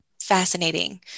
fascinating